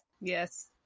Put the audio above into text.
yes